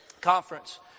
Conference